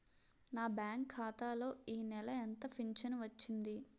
నా బ్యాంక్ ఖాతా లో ఈ నెల ఎంత ఫించను వచ్చింది?